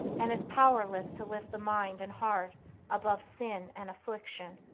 and is powerless to lift the mind and heart above sin and affliction.